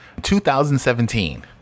2017